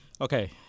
Okay